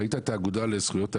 ראית את האגודה לזכויות האזרח?